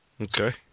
Okay